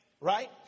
right